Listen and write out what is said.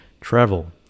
travel